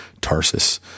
Tarsus